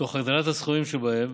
תוך הגדלת הסכומים שבהם